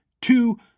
two